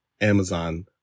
Amazon